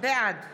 בעד